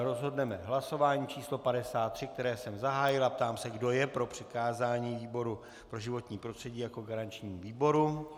Rozhodneme v hlasování pořadové číslo 53, které jsem zahájil, a ptám se, kdo je pro přikázání výboru pro životní prostředí jako garančnímu výboru.